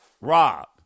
Rob